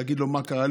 ולהגיד לו: מה קרה?